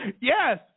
Yes